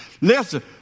Listen